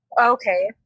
Okay